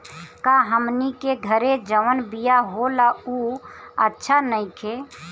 का हमनी के घरे जवन बिया होला उ अच्छा नईखे?